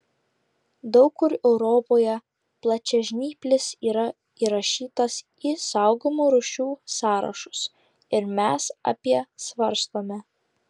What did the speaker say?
daug kur europoje plačiažnyplis yra įrašytas į saugomų rūšių sąrašus ir mes apie svarstome